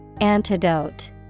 Antidote